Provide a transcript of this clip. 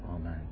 Amen